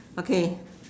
okay